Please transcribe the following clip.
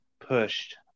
pushed